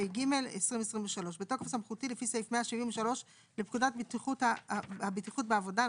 התשפ"ג 2023 בתוקף סמכותי לפי סעיף 173 לפקודת הבטיחות בעבודה ,